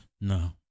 No